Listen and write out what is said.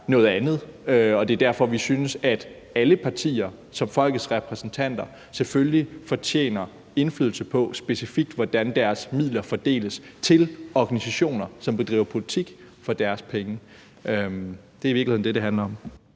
noget andet, og det er derfor, vi synes, at alle partier som folkets repræsentanter selvfølgelig fortjener at få indflydelse på, specifikt hvordan deres midler fordeles til organisationer, som bedriver politik for deres penge. Det er i virkeligheden det, det handler om.